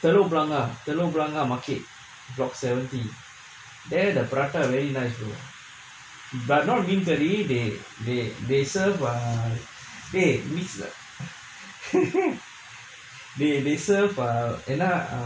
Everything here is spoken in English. telok blangah telok blangah market there the prata very nice but not being very they they they serve will be misled the they serve err ah